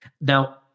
Now